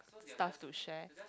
stuff to share